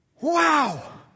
Wow